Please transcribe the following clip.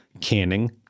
canning